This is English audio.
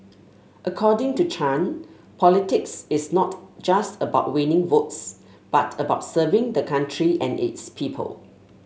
according to Chan politics is not just about winning votes but about serving the country and its people